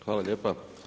Hvala lijepa.